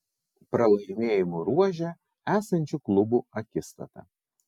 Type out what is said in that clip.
pralaimėjimų ruože esančių klubų akistata